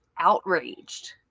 outraged